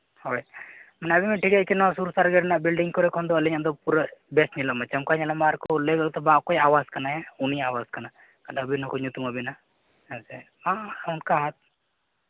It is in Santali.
ᱦᱳᱭ ᱟᱹᱵᱤᱱ ᱵᱤᱱ ᱴᱷᱤᱠᱟᱹᱭᱟ ᱠᱤ ᱥᱩᱨ ᱥᱟᱨᱜᱮ ᱠᱚᱨᱮᱱᱟᱜ ᱵᱮᱞᱰᱤᱝ ᱠᱚᱨᱮ ᱠᱷᱚᱱ ᱫᱚ ᱟᱹᱞᱤᱧᱟᱜ ᱫᱚ ᱯᱩᱨᱟᱹ ᱵᱮᱥ ᱧᱮᱞᱚᱜ ᱢᱟ ᱪᱚᱢᱠᱟᱣ ᱧᱮᱞᱚᱜ ᱢᱟ ᱟᱨ ᱠᱚ ᱞᱟᱹᱭ ᱜᱚᱫ ᱢᱟ ᱚᱠᱚᱭᱟᱜ ᱟᱵᱟᱥ ᱠᱟᱱᱟᱭᱟ ᱩᱱᱤᱭᱟᱜ ᱟᱵᱟᱥ ᱠᱟᱱᱟ ᱟᱫᱚ ᱟᱹᱵᱤᱱ ᱦᱚᱸᱠᱚ ᱧᱩᱛᱩᱢ ᱟᱹᱵᱤᱱᱟ ᱦᱮᱸ ᱥᱮ ᱚᱱᱠᱟ ᱦᱚᱸ